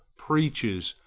preaches,